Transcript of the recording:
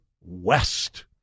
west